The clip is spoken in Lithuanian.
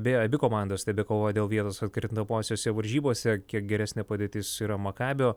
beje abi komandos tebekovoja dėl vietos atkrintamosiose varžybose kiek geresnė padėtis yra makabio